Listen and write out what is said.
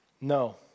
No